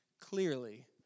clearly